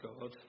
God